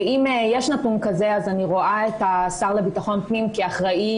ואם יש נתון כזה אז אני רואה את השר לביטחון הפנים כאחראי